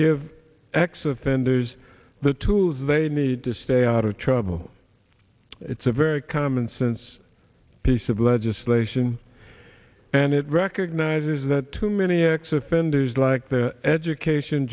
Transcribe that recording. acts of vendors the tools they need to stay out of trouble it's a very commonsense piece of legislation and it recognizes that too many x offenders like the education